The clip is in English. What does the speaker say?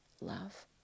Love